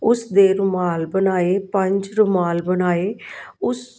ਉਸ ਦੇ ਰੁਮਾਲ ਬਣਾਏ ਪੰਜ ਰੁਮਾਲ ਬਣਾਏ ਉਸ